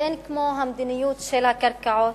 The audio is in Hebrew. ואין כמו המדיניות של הקרקעות,